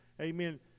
Amen